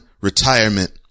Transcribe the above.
retirement